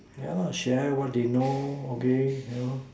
yeah lah share what they know okay you know